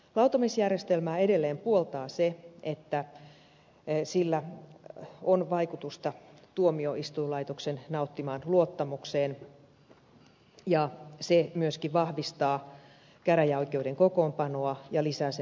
lautamiesjärjestelmää edelleen puoltaa se että sillä on vaikutusta tuomioistuinlaitoksen nauttimaan luottamukseen ja se myöskin vahvistaa käräjäoikeuden kokoonpanoa ja lisää sen uskottavuutta